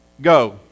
Go